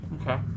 Okay